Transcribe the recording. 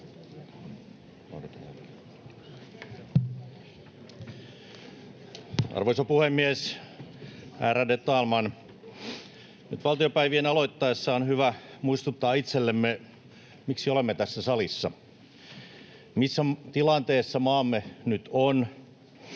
Arvoisa puhemies, ärade talman! Nyt valtiopäivien aloittaessa on hyvä muistuttaa itsellemme, miksi olemme tässä salissa, missä tilanteessa maamme nyt on